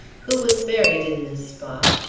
who was buried in this spot,